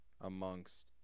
amongst